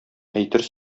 әйтер